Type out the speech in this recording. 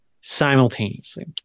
simultaneously